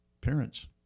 parents